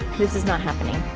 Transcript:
this is not happening.